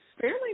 fairly